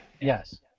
Yes